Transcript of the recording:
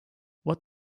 what